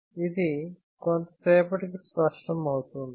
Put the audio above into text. ఇది కొంత సేపటికి స్పష్టమవుతోంది